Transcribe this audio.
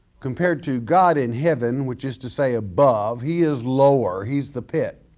compared to god in heaven, which is to say above, he is lower, he's the pit.